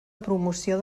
promoció